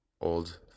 old